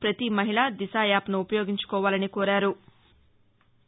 ప్రతి మహిళ దిశ యాప్ను ఉపయోగించుకోవాలని కోరారు